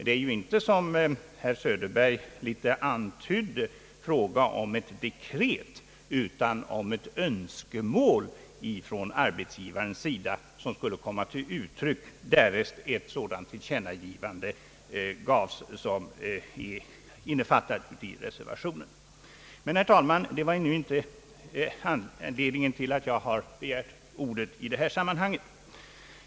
Det är ju inte som herr Söderberg antydde fråga om ett dekret, utan det är ett önskemål från arbetsgivarens sida som skulle komma till uttryck, därest det gjordes ett sådant tillkännagivande som innefattas i reservationen. Men, herr talman, detta är inte anledningen till att jag har begärt ordet i detta sammanhang.